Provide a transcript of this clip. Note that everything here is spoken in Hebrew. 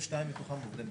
מועמד,